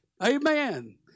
Amen